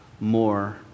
more